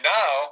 now